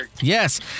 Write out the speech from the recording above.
Yes